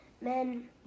men